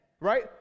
Right